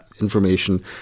information